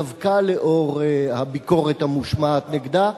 דווקא לאור הביקורת המושמעת נגדה.